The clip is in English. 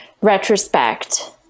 retrospect